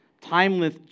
timeless